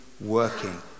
working